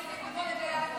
--- בבקשה.